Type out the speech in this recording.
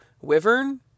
Wyvern